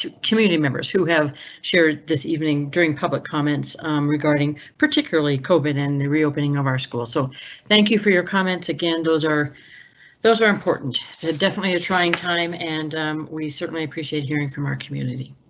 community members who have shared this evening during public comments regarding particularly cove in and the reopening of our school. so thank you for your comments. again, those are those are important. it so definitely a trying time and we certainly appreciate hearing from our community.